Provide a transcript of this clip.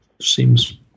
seems